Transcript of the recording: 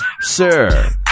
Sir